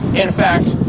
in fact,